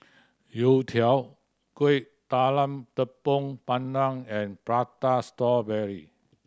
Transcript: youtiao Kueh Talam Tepong Pandan and Prata Strawberry